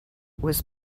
was